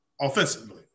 offensively